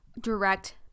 direct